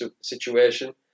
situation